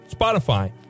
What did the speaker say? Spotify